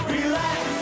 Relax